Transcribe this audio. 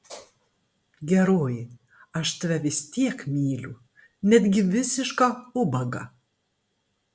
geroji aš tave vis tiek myliu netgi visišką ubagą